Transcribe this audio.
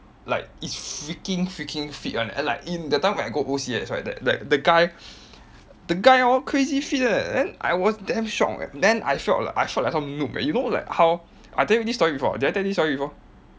like it's freaking freaking fit [one] and like in that time when I go O_C_S right that that the guy the guy hor crazy fit leh then I was damn shock eh then I felt like I felt like some noob eh you know like how I tell you this story before did I tell you this story before